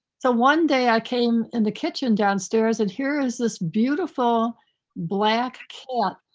so one day i came in the kitchen downstairs and here is this beautiful black cat.